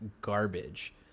garbage